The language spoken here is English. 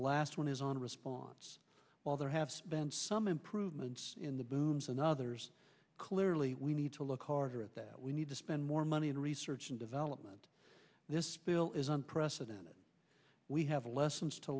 the last one is on response while there have been some improvements in the booms and others clearly we need to look harder at that we need to spend more money in research and development this bill is unprecedented we have lessons to